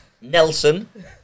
Nelson